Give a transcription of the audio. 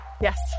Yes